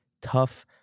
tough